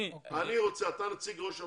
אתה נציג ראש הממשלה.